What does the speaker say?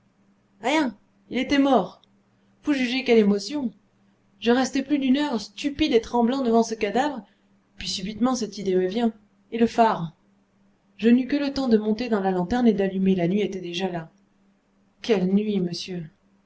rien il était mort vous jugez quelle émotion je restai plus d'une heure stupide et tremblant devant ce cadavre puis subitement cette idée me vient et le phare je n'eus que le temps de monter dans la lanterne et d'allumer la nuit était déjà là quelle nuit monsieur